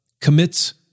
commits